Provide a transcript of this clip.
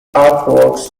artworks